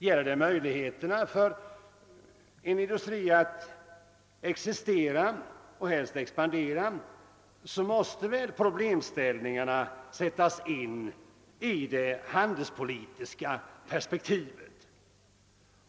Gäller det möjligheterna för en industri att existera och helst expandera, måste väl problemställningarna sättas in i det handelspolitiska perspektivet.